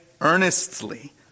earnestly